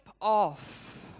off